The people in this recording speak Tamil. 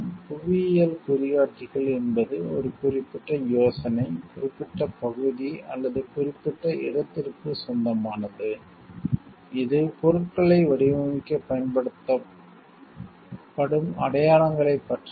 புவியியல் குறிகாட்டிகள் என்பது ஒரு குறிப்பிட்ட யோசனை குறிப்பிட்ட பகுதி அல்லது குறிப்பிட்ட இடத்திற்குச் சொந்தமானது இது பொருட்களை வடிவமைக்கப் பயன்படுத்தப்படும் அடையாளங்களைப் பற்றியது